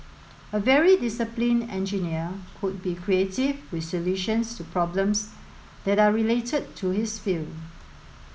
a very disciplined engineer could be creative with solutions to problems that are related to his field